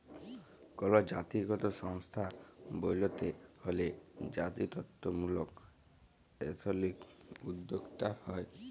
call জাতিগত সংস্থা ব্যইলতে হ্যলে জাতিত্ত্বমূলক এথলিক উদ্যোক্তা হ্যয়